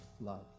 love